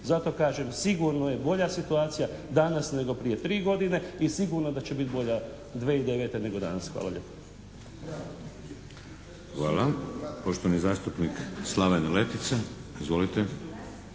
Zato kažem, sigurno je bolja situacija danas nego prije tri godine i sigurno da će biti bolja 2009. nego danas. Hvala lijepo.